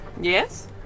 Yes